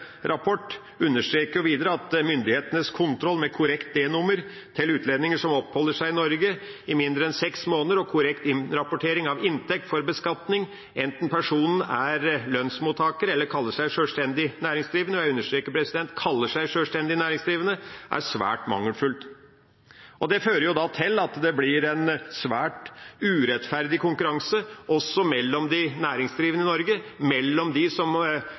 understreker videre at myndighetenes kontroll med korrekt D-nummer til utlendinger som oppholder seg i Norge i mindre enn seks måneder, og korrekt innrapportering av inntekt for beskatning, enten personen er lønnsmottaker eller kaller seg sjølstendig næringsdrivende, og jeg understreker «kaller seg sjølstendig næringsdrivende», er svært mangelfull. Det fører da til at det blir en svært urettferdig konkurranse, også mellom de næringsdrivende i Norge, mellom dem som